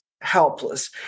helpless